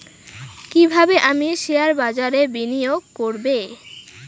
কিভাবে আমি শেয়ারবাজারে বিনিয়োগ করবে?